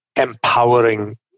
empowering